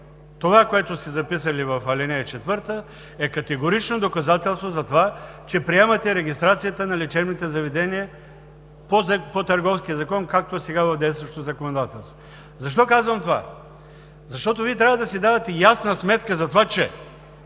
Това, което сте записали в ал. 4, е категорично доказателство за това, че приемате регистрацията на лечебните заведения по Търговския закон, както е по сега действащото законодателство. Защо казвам това? Защото Вие трябва да си давате ясна сметка за това, че